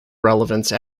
relevance